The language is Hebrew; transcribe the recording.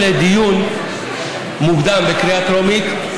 התקיים דיון מאוד רציני בעניין הזה.